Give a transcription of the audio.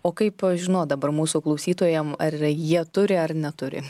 o kaip žinot dabar mūsų klausytojam ar jie turi ar neturi